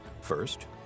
First